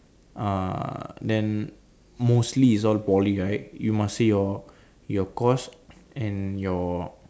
uh then mostly is all poly right you must say your your course and your